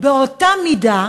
באותה מידה,